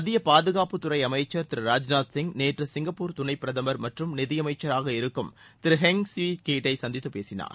மத்திய பாதுகாப்புத்துறை அமைச்சர் திரு ராஜ்நாத் சிங் நேற்று சிங்கப்பூர் துணைப் பிரதமர் மற்றும் நிதியமைச்சராக இருக்கும் திரு ஹெங் ஸ்வி கீட் சந்தித்து பேசினார்